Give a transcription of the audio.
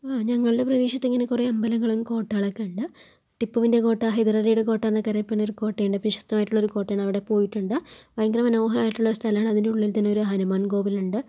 ആ ഞങ്ങളുടെ പ്രദേശത്തിങ്ങനെ കുറെ അമ്പലങ്ങളും കോട്ടകളൊക്കെയുണ്ട് ടിപ്പുവിൻ്റെ കോട്ട ഹൈദരാലിയുടെ കോട്ടയെന്നൊക്കെ അറിയപ്പെടുന്ന ഒരു കോട്ടയുണ്ട് പ്രശസ്തമായിട്ടുള്ളൊരു കോട്ടയാണ് അവിടെ പോയിട്ടുണ്ട് ഭയങ്കര മനോഹരായിട്ടുള്ള ഒരു സ്ഥലമാണ് അതിൻ്റെ ഉള്ളിൽ തന്നെ ഒരു ഹനുമാൻ കോവിൽ ഉണ്ട്